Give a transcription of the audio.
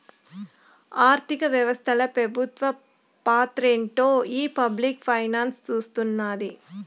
ఆర్థిక వ్యవస్తల పెబుత్వ పాత్రేంటో ఈ పబ్లిక్ ఫైనాన్స్ సూస్తున్నాది